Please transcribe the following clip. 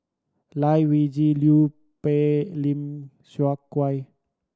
Lai Weijie Liu Peihe Lim Seok